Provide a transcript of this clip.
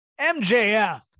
mjf